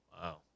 Wow